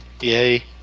yay